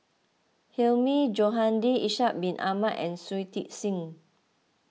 Hilmi Johandi Ishak Bin Ahmad and Shui Tit Sing